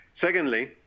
Secondly